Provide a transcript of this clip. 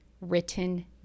written